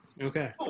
Okay